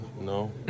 no